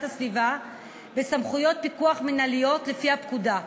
הסביבה בסמכויות פיקוח מינהליות לפי הפקודה,